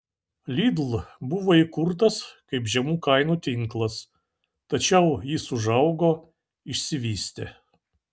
lidl buvo įkurtas kaip žemų kainų tinklas tačiau jis užaugo išsivystė